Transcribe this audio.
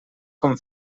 com